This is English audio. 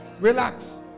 relax